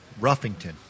Ruffington